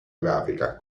grafica